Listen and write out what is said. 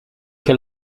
che